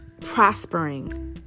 prospering